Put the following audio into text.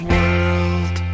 World